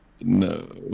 No